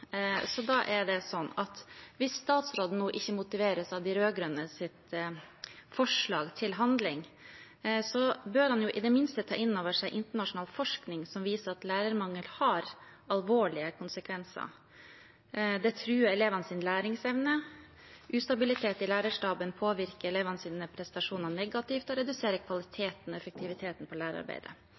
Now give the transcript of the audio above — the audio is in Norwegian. Hvis statsråden nå ikke motiveres av de rød-grønnes forslag til handling, bør han jo i det minste ta inn over seg internasjonal forskning, som viser at lærermangel har alvorlige konsekvenser. Det truer elevenes læringsevne, ustabilitet i lærerstaben påvirker elevenes prestasjoner negativt og reduserer kvaliteten og effektiviteten i lærerarbeidet.